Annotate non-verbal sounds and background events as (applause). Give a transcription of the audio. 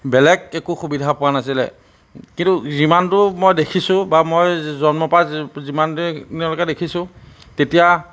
বেলেগ একো সুবিধা পোৱা নাছিলে কিন্তু যিমান দূৰ মই দেখিছোঁ বা মই জন্মৰ পৰা (unintelligible) যিমান দিনলৈকে দেখিছোঁ তেতিয়া